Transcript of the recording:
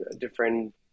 different